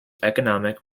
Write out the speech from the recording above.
economic